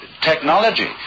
technology